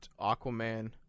Aquaman